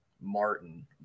Martin